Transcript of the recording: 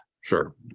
Sure